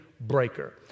breaker